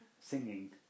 singing